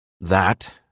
That